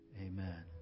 Amen